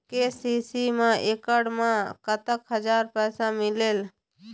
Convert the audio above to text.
KCC मा एकड़ मा कतक हजार पैसा मिलेल?